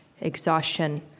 exhaustion